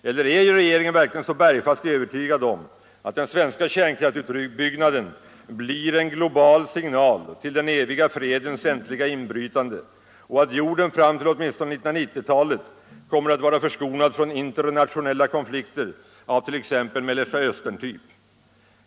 Eller är regeringen verkligen så bergfast övertygad om att den svenska kärnkraftsutbyggnaden blir en global signal till den eviga fredens äntliga inbrytande och att jorden fram till åtminstone 1990-talet kommer att vara förskonad från internationella konflikter av t.ex. Mellersta Östern-typ?